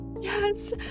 yes